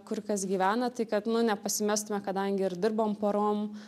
kur kas gyvena tai kad nu nepasimestume kadangi ir dirbam porom